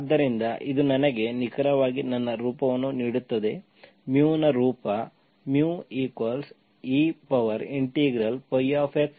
ಆದ್ದರಿಂದ ಇದು ನನಗೆ ನಿಖರವಾಗಿ ನನ್ನ ರೂಪವನ್ನು ನೀಡುತ್ತದೆ μ ನ ರೂಪ μex dx eC